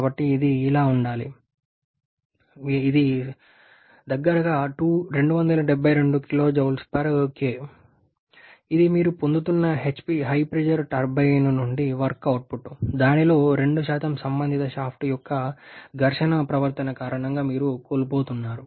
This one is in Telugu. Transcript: కాబట్టి ఇది ఇలా ఉండాలి ఇది మీరు పొందుతున్న HP టర్బైన్ నుండి వర్క్ అవుట్పుట్ దానిలో 2 సంబంధిత షాఫ్ట్ యొక్క ఘర్షణ ప్రవర్తన కారణంగా మీరు కోల్పోతున్నారు